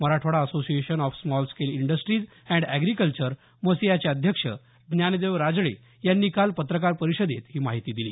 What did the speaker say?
Marathwada association of small scale industries and agriculture मसिआचे अध्यक्ष ज्ञानदेव राजळे यांनी काल पत्रकार परिषदेत ही माहिती दिली